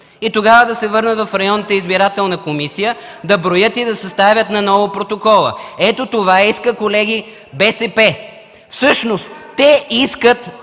и тогава да се върнат в районната избирателна комисия да броят и да съставят наново протокола. Ето, това иска, колеги, БСП. Всъщност те искат